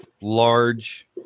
large